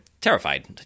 terrified